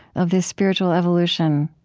of this spiritual evolution,